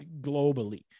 globally